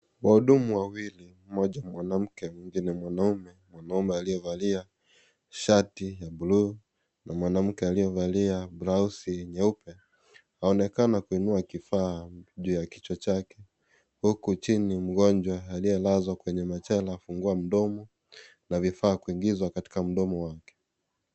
Wahudumu wawili, mmoja mwanamke mwingine mwanaume. Mwanaume aliyevalia shati ya buluu na mwanamke aliyevalia blausi nyeupe. Aonekana kuinua kifaa juu ya kichwa chake, huku chini mgonjwa aliyelazwa kwenye machela afungua mdomo na vifaa kuingizwa katika mdomo wake.